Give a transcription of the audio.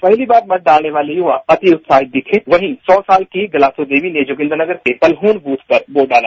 पहली बार मतदान डालने वाले यूवा अति उत्साहित दिखे वहीं सौ साल की गलासो देवी ने जोगिन्दनगर के कलहल बृथ पर वोट डाला